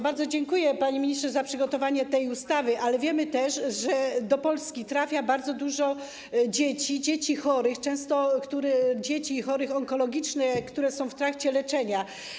Bardzo dziękuję, panie ministrze, za przygotowanie tej ustawy, ale wiemy też, że do Polski trafia bardzo dużo dzieci, dzieci chorych, często dzieci chorych onkologicznie, które są w trakcie leczenia.